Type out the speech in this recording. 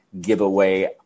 giveaway